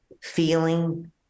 feeling